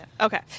Okay